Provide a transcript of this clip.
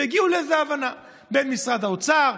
והגיעו לאיזו הבנה של משרד האוצר,